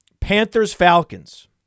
Panthers-Falcons